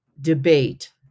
debate